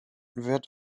wird